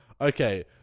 Okay